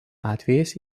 atvejais